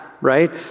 right